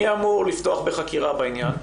מי אמור לפתוח בחקירה כאן?